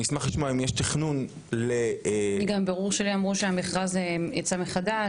אני אשמח לשמוע אם יש תכנון ל --- מברור שלי הבנתי שהמכרז יצא מחדש,